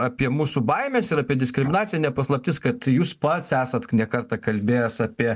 apie mūsų baimes ir apie diskriminaciją ne paslaptis kad jūs pats esat ne kartą kalbėjęs apie